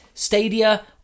Stadia